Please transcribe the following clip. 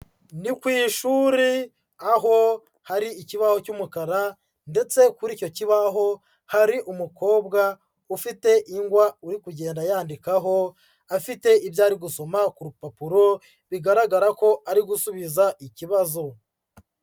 Ni ku ishuri aho hari ikibaho cy'umukara, ndetse kuri icyo kibaho hari umukobwa ufite ingwa uri kugenda yandikaho, afite ibyo ari gusoma ku rupapuro bigaragara ko ari gusubiza ikibazo.